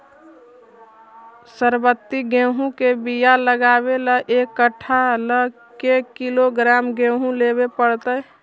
सरबति गेहूँ के बियाह लगबे ल एक कट्ठा ल के किलोग्राम गेहूं लेबे पड़तै?